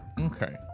Okay